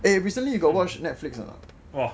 eh recently you got watch Netflix or not